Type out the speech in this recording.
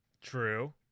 True